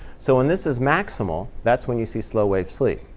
so when this is maximal, that's when you see slow-wave sleep.